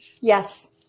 Yes